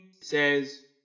says